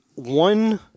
One